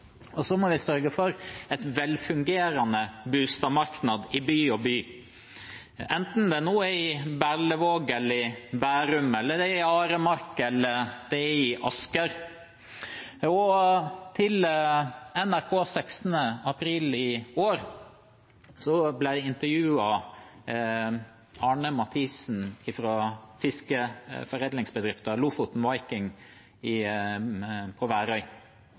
Og så må vi sørge for et velfungerende boligmarked i bygd og by – enten det nå er i Berlevåg eller i Bærum, i Aremark eller i Asker. Den 16. april i år intervjuet NRK Arne Mathisen fra fiskeforedlingsbedriften Lofoten Viking på Værøy, som jeg også var og besøkte i fjor vår. Og til NRK sier Mathisen: